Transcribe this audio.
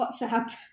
whatsapp